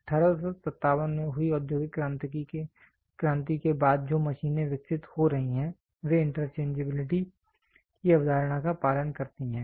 1857 में हुई औद्योगिक क्रांति के बाद जो मशीनें विकसित हो रही हैं वे इंटरचेंजबिलिटी की अवधारणा का पालन करती हैं